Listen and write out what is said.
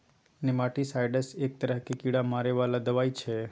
nematicides एक तरहक कीड़ा मारै बला दबाई छै